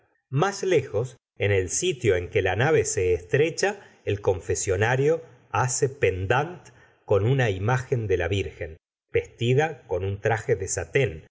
más lejos en el sitio en que la nave se estrecha el confesionario hace pendant con una imagen de la virgen vestida con un traje de satin